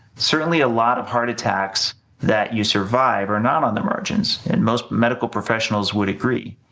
certainly a lot of heart attacks that you survive are not on the margins. and most medical professionals would agree.